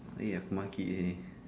that ya monkeying